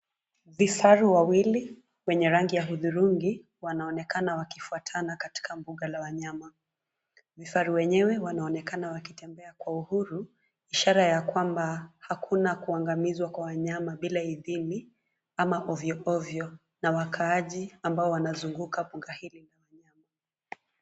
Vifaru wawili wenye rangi ya hudhurungi wanaonekana wakifuatana katika mbuga la wanyama. Vifaru wenyewe wanaonekana wakitembea kwa uhuru ishara ya kwamba hakuna kuangamizwa kwa wanyama bila idhini ama ovyo ovyo na wakaaji ambao wanazunguka mbuga hili.